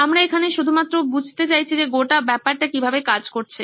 আমরা এখানে শুধুমাত্র বুঝতে চাইছি যে কিভাবে গোটা ব্যাপারটা কাজ করছে